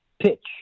pitch